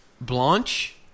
Blanche